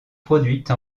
produite